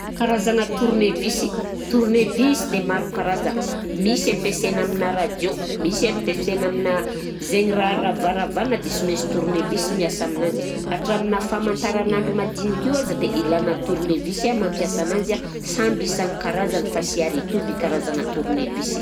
Karazagna tournevis, tournevis dia maro karazana, misy ampesaina aminà radio, misy ampiasaina aminà zegny raha ravaravana dia sy mainsy tournevis miasa aminanjy, hatraminà famantaranandro madinika io aza dia ilàna tournevis a mampiasa ananjy a samby isan-karazany fa sy ary hitovy i karazagna tournevis.